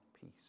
peace